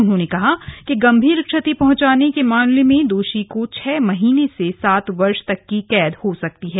उन्होंने कहा कि गंभीर क्षति पहुंचाने के मामले में दोषी को छह महीने से सात वर्ष की कैद हो सकती है